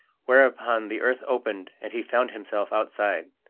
whereupon the earth opened, and he found himself outside.